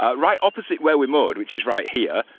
ah right opposite where we moored which is right here,